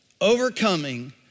Overcoming